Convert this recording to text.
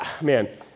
Man